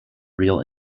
real